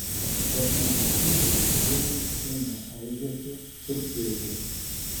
per namo vidurį sienos ėmė eižėti trupėti